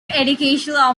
educational